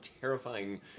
terrifying